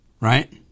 Right